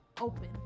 Open